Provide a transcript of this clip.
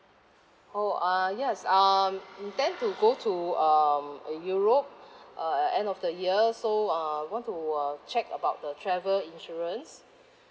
oh uh yes um intend to go to um uh europe uh end of the year so uh want to uh check about the travel insurance